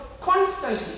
constantly